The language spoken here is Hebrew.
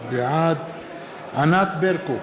בעד ענת ברקו,